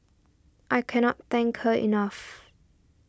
I cannot thank her enough